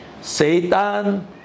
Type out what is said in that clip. satan